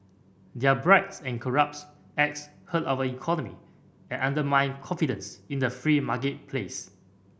their bribes and corrupts acts hurt our economy and undermine confidence in the free marketplace